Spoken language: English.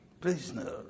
Prisoner